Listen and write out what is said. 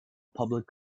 public